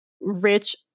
rich